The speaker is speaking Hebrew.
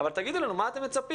אבל תגידו לנו למה אתם מצפים.